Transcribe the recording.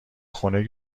خونه